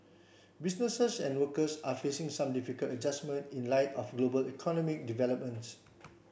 businesses and workers are facing some difficult adjustment in light of global economic developments